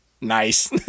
Nice